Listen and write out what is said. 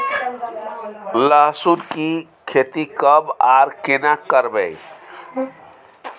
लहसुन की खेती कब आर केना करबै?